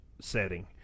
setting